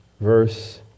verse